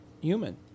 human